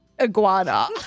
iguana